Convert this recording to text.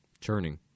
churning